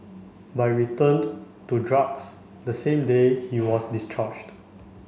but we returned to drugs the same day he was discharged